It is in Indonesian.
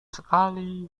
sekali